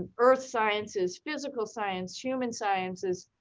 earth sciences, physical science, human sciences.